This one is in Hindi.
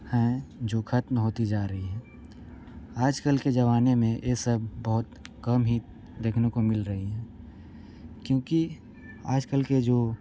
हैं जो खत्म होती जा रही हैं आजकल के जमाने में यह सब बहुत कम ही देखने को मिल रही हैं क्योंकि आजकल के जो